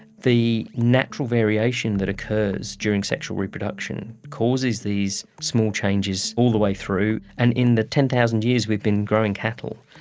the natural variation that occurs during sexual reproduction causes these small changes all the way through. and in the ten thousand years we've been growing cattle,